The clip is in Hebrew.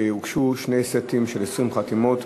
הוגשו שני סטים של 20 חתימות,